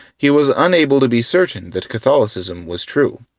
he was unable to be certain that catholicism was true.